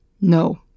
No